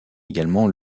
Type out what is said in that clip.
également